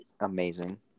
amazing